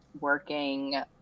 working